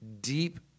deep